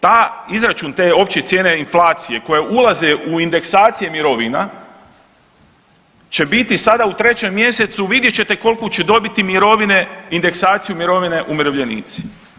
Ta izračun te opće cijene inflacije koje ulaze i indeksacije mirovina će biti sada u 3. mjesecu vidjet ćete koliku će dobiti mirovine indeksaciju mirovine umirovljenici.